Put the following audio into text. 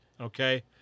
okay